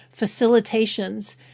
facilitations